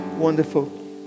wonderful